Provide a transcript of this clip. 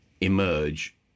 emerge